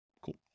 Cool